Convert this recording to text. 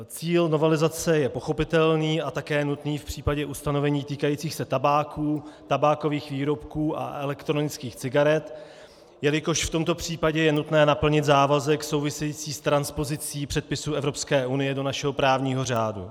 Cíl novelizace je pochopitelný a také nutný v případě ustanovení týkajících se tabáku, tabákových výrobků a elektronických cigaret, jelikož v tomto případě je nutné naplnit závazek související s transpozicí předpisů Evropské unie do našeho právního řádu.